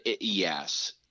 Yes